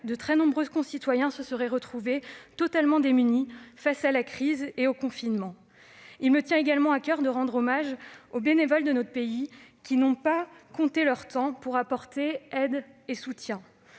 de très nombreux concitoyens se seraient retrouvés totalement démunis face à la crise et au confinement. Il me tient également à coeur de rendre hommage aux bénévoles de notre pays, qui n'ont pas compté leur temps pour apporter aide et soutien.